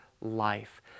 life